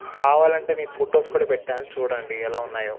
కావాలంటే మీకు ఫొటోస్ కూడా పెట్టాను చూడండి ఎలా ఉన్నాయో